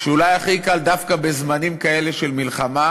שאולי הכי קל, דווקא בזמנים כאלה של מלחמה,